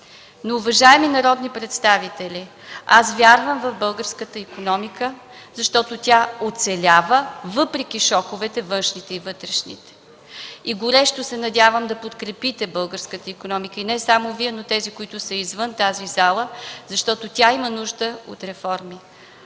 Но, уважаеми народни представители, вярвам в българската икономика, защото тя оцелява въпреки шоковете – външните и вътрешните. Горещо се надявам да подкрепите българската икономика, и не само Вие, но и тези, които са извън тази зала, защото тя има нужда от реформи.